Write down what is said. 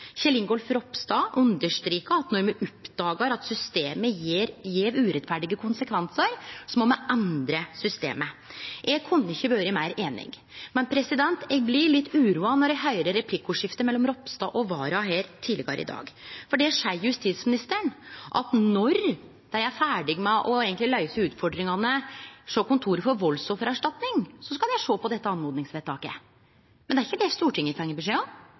Kjell Ingolf Ropstad understreka at når me oppdagar at systemet får urettferdige konsekvensar, må me endre systemet. Eg kunne ikkje vore meir einig. Men eg blei litt uroa då eg høyrde replikkordskiftet mellom representanten Ropstad og justisminister Wara tidlegare i dag. For der sa justisministeren at når dei er ferdige med å løyse utfordringane i Kontoret for valdsoffererstatning, skal dei sjå på dette oppmodingsvedtaket. Men det er ikkje det Stortinget